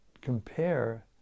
compare